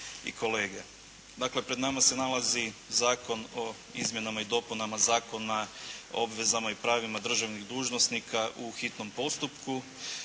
i kolege. Dakle pred nama se nalazi Zakon o izmjenama i dopunama Zakona o obvezama i pravima državnih dužnosnika u hitnom postupku.